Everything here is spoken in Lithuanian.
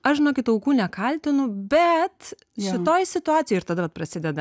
aš žinokit aukų nekaltinu bet šitoj situacijoj ir tada vat prasideda